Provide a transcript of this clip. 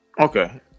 Okay